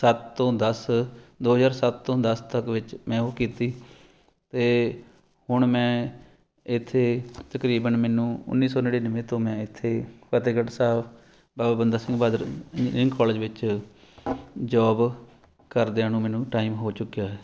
ਸੱਤ ਤੋਂ ਦਸ ਦੋ ਹਜ਼ਾਰ ਸੱਤ ਤੋਂ ਦਸ ਤੱਕ ਵਿੱਚ ਮੈਂ ਉਹ ਕੀਤੀ ਅਤੇ ਹੁਣ ਮੈਂ ਇੱਥੇ ਤਕਰੀਬਨ ਮੈਨੂੰ ਉੱਨੀ ਸੌ ਨੜੇਨਵੇਂ ਤੋਂ ਮੈਂ ਇੱਥੇ ਫਤਿਹਗੜ੍ਹ ਸਾਹਿਬ ਬਾਬਾ ਬੰਦਾ ਸਿੰਘ ਬਹਾਦਰ ਇੰਜਨੀਅਰਿੰਗ ਕੋਲਜ ਵਿੱਚ ਜੋਬ ਕਰਦਿਆਂ ਨੂੰ ਮੈਨੂੰ ਟਾਈਮ ਹੋ ਚੁੱਕਿਆ ਹੈ